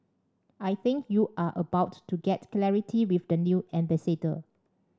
I think you are about to get clarity with the new ambassador